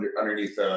underneath